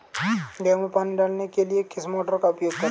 गेहूँ में पानी डालने के लिए किस मोटर का उपयोग करें?